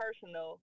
personal